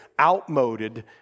outmoded